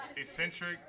eccentric